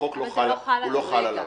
החוק לא חל עליו.